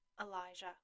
Elijah